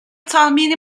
tahmini